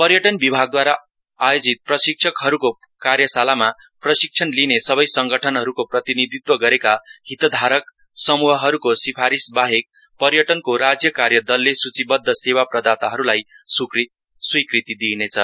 पर्यटन विभागद्वार आयोजित प्रशिक्षकहरूको कार्यशालामा प्रशिक्षण लिने सबै संगठनहरूको प्रतिनिधित्व गरेका हितधारक समूहरूको सिफारीश बाहेक पर्यटनको राज्य कार्य दलले सूचबढ्व सेवा प्रदाताहरूलाई स्वीकृति दिनेछ